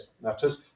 matters